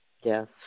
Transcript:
Yes